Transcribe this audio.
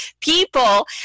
people